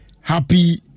Happy